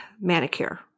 manicure